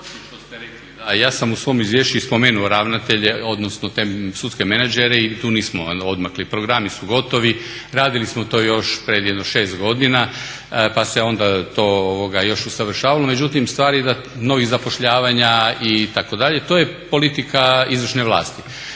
ja sam u svom izvješću i spomenuo ravnatelje, odnosno te sudske menadžere i tu nismo odmakli. Programi su gotovi, radili smo to još pred jedno 6 godina pa se onda to još usavršavalo. Međutim, …/Govornik se ne razumije./… novih zapošljavanja itd., to je politika izvršne vlasti.